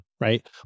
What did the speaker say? Right